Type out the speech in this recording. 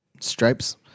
stripes